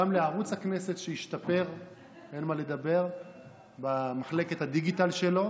גם לערוץ הכנסת, שהשתפר במחלקת הדיגיטל שלו,